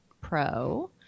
pro-